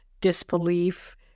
disbelief